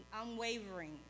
unwavering